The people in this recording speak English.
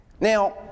Now